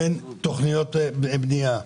אין תוכניות בנייה.